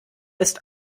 ist